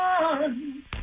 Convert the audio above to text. one